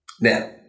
Now